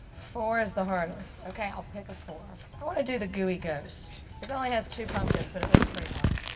four is the hardest, okay, i'll pick a four. i wanna do the gooey ghost. it only has two pumpkins, but it looks pretty hard.